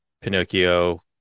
Pinocchio